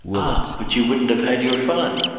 ah but you wouldn't have had your fun!